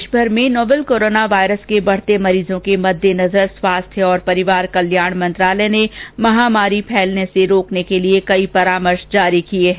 देशमर में novel corona virus के बढ़ते मरीजों के मद्देनजर स्वास्थ्य और परिवार कल्याण मंत्रालय ने महामारी फैलने से रोकने के लिए कई परामर्श जारी किए हैं